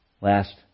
last